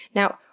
now,